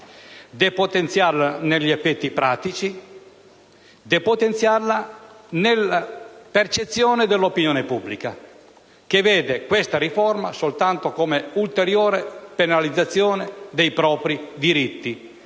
depotenziarla negli effetti pratici e nella percezione dell'opinione pubblica, che la vede soltanto come ulteriore penalizzazione dei propri diritti,